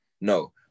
No